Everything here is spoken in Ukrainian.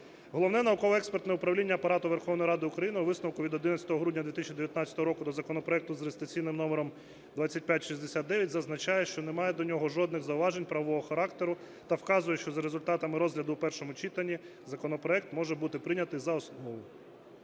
Головне науково-експертне управління Апарату Верховної Ради України у висновку від 11 грудня 2019 року до законопроекту з реєстраційним номером 2569 зазначає, що не має до нього жодних зауважень правового характеру та вказує, що за результатами розгляду у першому читанні законопроект може бути прийнятий за основу.